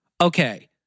Okay